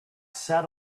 sat